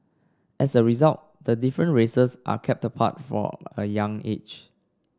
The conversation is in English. as a result the different races are kept apart from a young age